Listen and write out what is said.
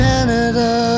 Canada